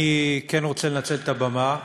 אני כן רוצה לנצל את הבמה ולהדגיש: